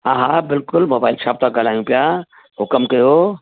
हा हा बिल्कुलु मोबाइल शॉप सां ॻाल्हायूं पिया हुकुमु कयो